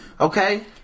Okay